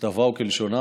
ככתבה וכלשונה,